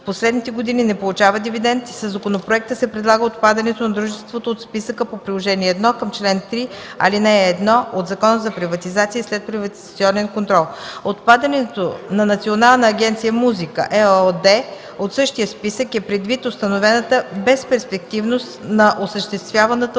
последните години не получава дивидент и със законопроекта се предлага отпадането на дружеството от списъка по приложение 1 към чл. 3, ал. 1 от Закона за приватизация и следприватизационен контрол. Отпадането на Национална агенция „Музика” ЕООД от същия списък е предвид установената безперспективност на осъществяваната